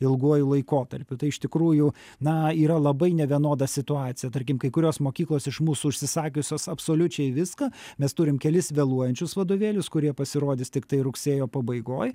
ilguoju laikotarpiu tai iš tikrųjų na yra labai nevienoda situacija tarkim kai kurios mokyklos iš mūsų užsisakiusios absoliučiai viską mes turim kelis vėluojančius vadovėlius kurie pasirodys tiktai rugsėjo pabaigoj